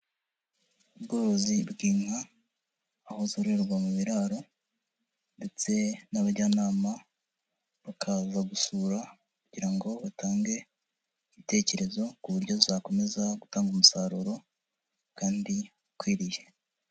Ubworozi bw'inka aho zororerwa mu biraro ndetse n'abajyanama bakaza gusura kugira ngo batange ibitekerezo ku buryo zakomeza gutanga umusaruro kandi ukwiriye.